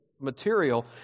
material